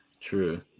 True